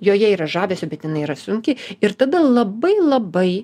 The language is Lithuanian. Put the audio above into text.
joje yra žavesio bet jinai yra sunki ir tada labai labai